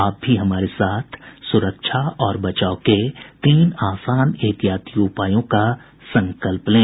आप भी हमारे साथ सुरक्षा और बचाव के तीन आसान एहतियाती उपायों का संकल्प लें